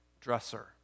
dresser